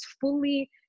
fully